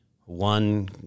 one